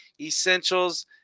essentials